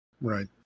right